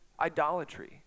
idolatry